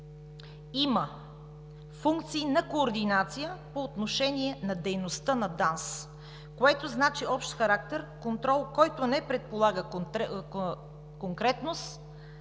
има функции на координация по отношение на дейността на ДАНС. Това значи общ характер – контрол, който не предполага конкретност,